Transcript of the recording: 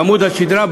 בעמוד השדרה,